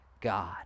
God